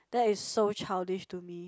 that is so childish to me